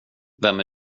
vem